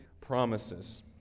promises